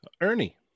Ernie